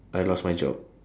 I lost my job